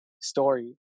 story